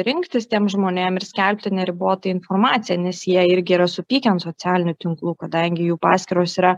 rinktis tiem žmonėm ir skelbti neribotą informaciją nes jie irgi yra supykę ant socialinių tinklų kadangi jų paskyros yra